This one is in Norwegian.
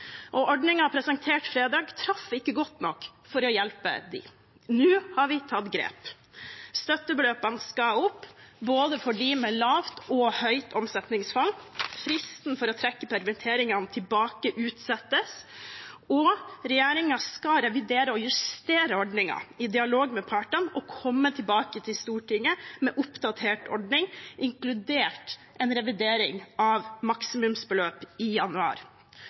presentert fredag, traff ikke godt nok for å hjelpe dem. Nå har vi tatt grep. Støttebeløpene skal opp både for dem med lavt og høyt omsetningsfall, fristen for å trekke permitteringene tilbake, utsettes, og regjeringen skal revidere og justere ordningen i dialog med partene og komme tilbake til Stortinget med en oppdatert ordning, inkludert en revidering av maksimumsbeløp, i januar.